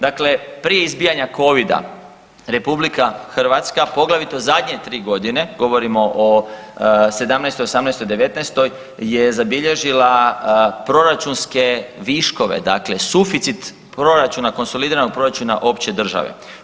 Dakle, prije izbijanja Covida RH poglavito zadnje 3 godine, govorimo o '17., '18, '19. je zabilježila proračunske viškove dakle suficit proračuna, konsolidiranog proračuna opće države.